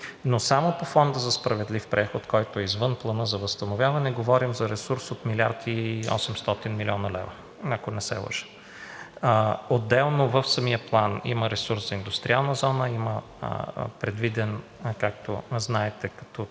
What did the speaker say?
Само по Фонда за справедлив преход, който е извън Плана за възстановяване, говорим за ресурс от 1 млрд. 800 млн. лв., ако не се лъжа. Отделно в самия план има ресурс за индустриална зона, има предвиден, както знаете, като